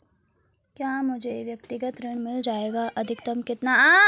क्या मुझे व्यक्तिगत ऋण मिल जायेगा अधिकतम कितना?